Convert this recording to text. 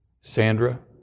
Sandra